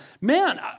Man